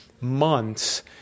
months